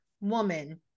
woman